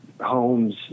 homes